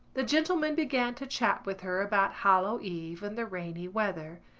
the gentleman began to chat with her about hallow eve and the rainy weather.